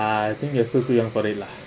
I think we are still too young for it lah